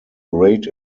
great